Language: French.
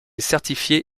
certifié